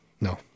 No